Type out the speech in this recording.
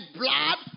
blood